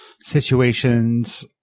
situations